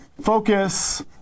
focus